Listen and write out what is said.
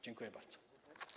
Dziękuję bardzo.